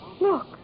look